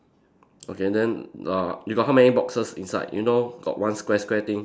okay and then uh you got how many boxes inside you know got one square square thing